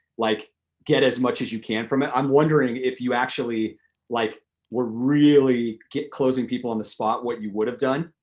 like get as much as you can from it. i'm wondering if you actually like were really closing people on the spot what you would have done.